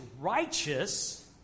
righteous